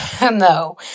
no